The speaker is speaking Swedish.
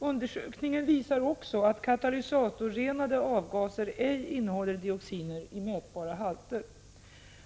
Undersökningen visar också att katalysatorrenade avgaser ej innehåller dioxiner i mätbara halter.